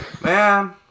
man